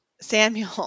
Samuel